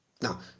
Now